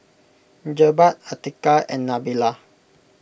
Jebat Atiqah and Nabila